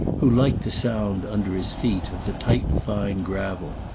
who liked the sound, under his feet, of the tight fine gravel,